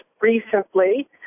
recently